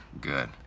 Good